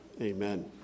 Amen